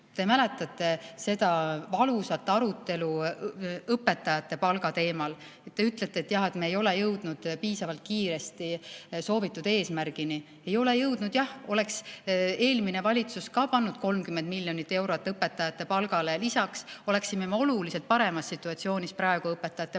Te mäletate seda valusat arutelu õpetajate palga teemal. Te ütlete, et me ei ole jõudnud piisavalt kiiresti soovitud eesmärgini. Ei ole jõudnud jah. Oleks eelmine valitsus ka pannud 30 miljonit eurot õpetajate palgale lisaks, oleksime me oluliselt paremas situatsioonis praegu õpetajate palga